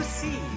see